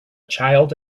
child